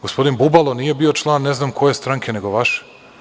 Gospodin Bubalo nije bio član ne znam koje stranke, nego vaše.